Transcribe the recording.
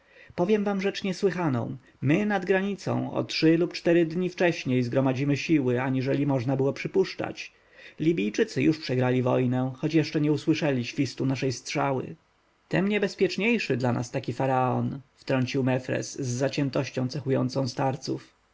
powiem wam rzecz niesłychaną my nad granicą o trzy lub cztery dni wcześniej zgromadzimy siły aniżeli można było przypuszczać libijczycy już przegrali wojnę choć jeszcze nie usłyszeli świstu naszej strzały tem niebezpieczniejszy dla nas taki faraon wtrącił mefres z zaciętością cechującą starców